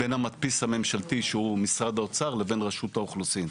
בין המדפיס הממשלתי שהוא משרד האוצר לבין רשות האוכלוסין.